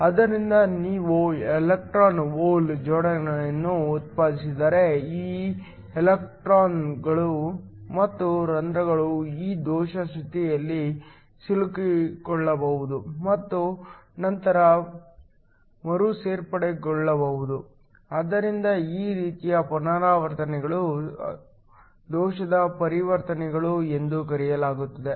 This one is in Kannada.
ಆದ್ದರಿಂದ ನೀವು ಎಲೆಕ್ಟ್ರಾನ್ ಹೋಲ್ ಜೋಡಿಗಳನ್ನು ಉತ್ಪಾದಿಸಿದರೆ ಈ ಎಲೆಕ್ಟ್ರಾನ್ ಗಳು ಮತ್ತು ಹೋಲ್ ಗಳು ಈ ದೋಷ ಸ್ಥಿತಿಯಲ್ಲಿ ಸಿಲುಕಿಕೊಳ್ಳಬಹುದು ಮತ್ತು ನಂತರ ಮರುಸೇರ್ಪಡೆಗೊಳ್ಳಬಹುದು ಆ ರೀತಿಯ ಪರಿವರ್ತನೆಗಳನ್ನು ದೋಷದ ಪರಿವರ್ತನೆಗಳು ಎಂದು ಕರೆಯಲಾಗುತ್ತದೆ